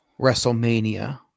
WrestleMania